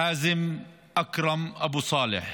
חאזם אכרם אבו סאלח,